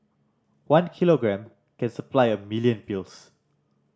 one kilogram can supply a million pills